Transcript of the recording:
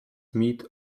meat